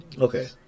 Okay